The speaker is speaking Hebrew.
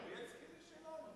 בילסקי הוא שלנו,